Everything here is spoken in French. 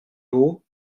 haut